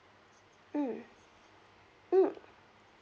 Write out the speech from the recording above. mm mm